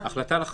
עם ראשי